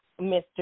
Mr